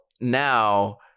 now